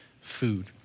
food